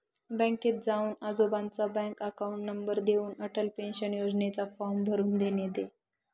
बँकेत जाऊन आजोबांचा बँक अकाउंट नंबर देऊन, अटल पेन्शन योजनेचा फॉर्म भरून दे